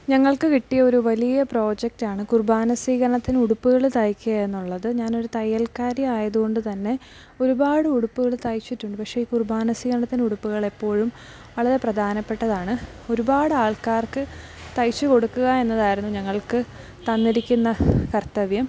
ഞങ്ങൾക്ക് കിട്ടിയ ഒരു വലിയ പ്രൊജക്റ്റ് ആണ് കുർബാന സ്വീകരണത്തിന് ഉടുപ്പുകൾ തയ്ക്കുക എന്നുള്ളത് ഞാൻ ഒരു തയ്യൽക്കാരി ആയതുകൊണ്ട് തന്നെ ഒരുപാട് ഉടുപ്പുകൾ തയ്ചിട്ടുണ്ട് പക്ഷെ ഈ കുർബാന സ്വീകരണത്തിൻ്റെ ഉടുപ്പുകൾ എപ്പോഴും വളരെ പ്രധാനപ്പെട്ടതാണ് ഒരുപാട് ആൾക്കാർക്ക് തയ്ച്ചു കൊടുക്കുക എന്നതായിരുന്നു ഞങ്ങൾക്ക് തന്നിരിക്കുന്ന കർത്തവ്യം